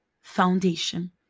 foundation